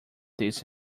this